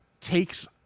takes